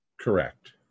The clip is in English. Correct